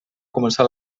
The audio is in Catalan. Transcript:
començar